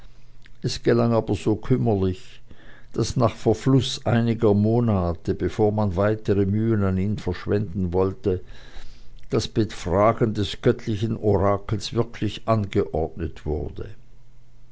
es gelang aber so kümmerlich daß nach verfluß einiger monate bevor man weitere mühen an ihn verschwenden wollte das befragen des göttlichen orakels wirklich angeordnet wurde